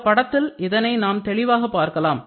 இந்தப் படத்தில் இதனை நாம் தெளிவாக பார்க்கலாம்